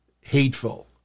hateful